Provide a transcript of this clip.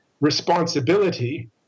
responsibility